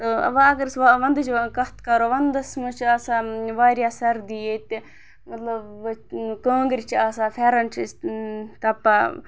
تہٕ وَ اگر أسۍ وَ وَندٕچ کَتھ کَرو وَندَس منٛز چھِ آسان واریاہ سَردی ییٚتہِ مطلب کانٛگرِ چھَ آسان پھٮ۪رَن چھِ أسۍ تَپان